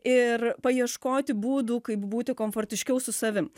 ir paieškoti būdų kaip būti komfortiškiau su savim